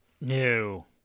No